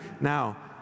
Now